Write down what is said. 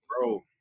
bro